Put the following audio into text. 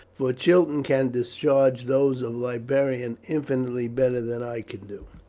for chiton can discharge those of librarian infinitely better than i can do.